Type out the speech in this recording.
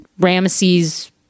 Ramesses